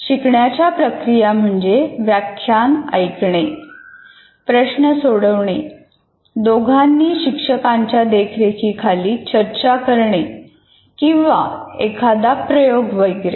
शिकण्याच्या प्रक्रिया म्हणजे व्याख्यान ऐकणे प्रश्न सोडवणे दोघांनी शिक्षकाच्या देखरेखीखाली चर्चा करणे किंवा एखादा प्रयोग वगैरे